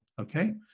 Okay